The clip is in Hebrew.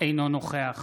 אינו נוכח